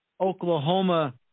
Oklahoma